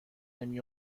نمی